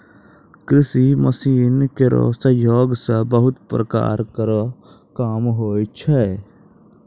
कृषि मसीन केरो सहयोग सें बहुत प्रकार केरो काम होय छै